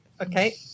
Okay